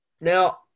Now